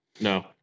no